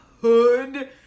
hood